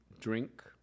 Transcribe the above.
drink